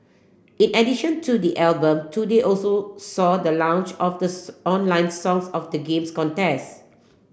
in addition to the album today also saw the launch of this online Songs of the Games contest